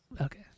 okay